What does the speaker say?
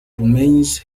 remains